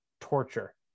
torture